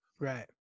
Right